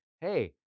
hey